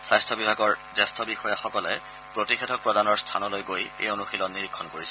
স্বাস্য বিভাগৰ জ্যেষ্ঠ বিষয়াসকলে প্ৰতিষেধক প্ৰদানৰ স্থানলৈ গৈ এই অনুশীলন নিৰীক্ষণ কৰিছে